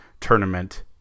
Tournament